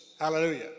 Hallelujah